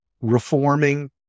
reforming